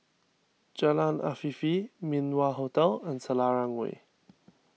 Jalan Afifi Min Wah Hotel and Selarang Way